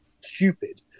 stupid